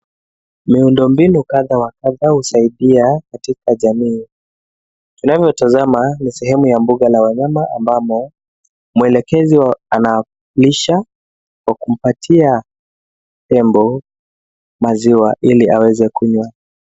Miundo mbinu kadha wa kadha husaidia katika jamii. Tunayotazama ni sehemu ya mbuga la wanyama ambamo mwelekezi analisha kwa kumpatia tembo maziwa ili aweze kunywa.